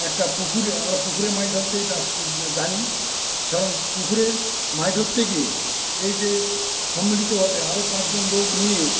একটা পুকুরে আমরা পুকুরে মাছ ধরতেই ব্যস জানি পুকুরে মাছ ধরতে গিয়ে এই যে সম্মিলিতভাবে আরও পাঁচজন লোক নিয়ে